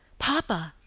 papa,